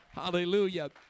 Hallelujah